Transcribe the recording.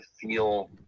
feel